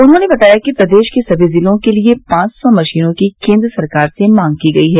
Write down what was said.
उन्होंने बताया कि प्रदेश के सभी जिलों के लिये पांच सौ मशीनों की केन्द्र सरकार से मांग की गई है